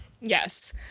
yes